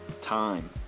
time